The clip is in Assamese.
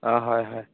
অঁ হয় হয়